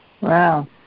Wow